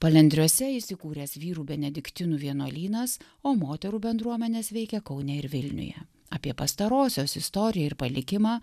palendriuose įsikūręs vyrų benediktinų vienuolynas o moterų bendruomenės veikia kaune ir vilniuje apie pastarosios istoriją ir palikimą